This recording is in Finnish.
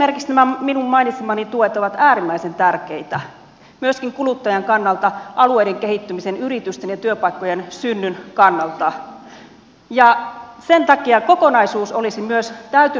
esimerkiksi minun mainitsemani tuet ovat meille äärimmäisen tärkeitä myöskin kuluttajan kannalta alueiden kehittymisen yritysten ja työpaikkojen synnyn kannalta ja sen takia kokonaisuus olisi myös täytynyt ottaa huomioon